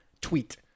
tweet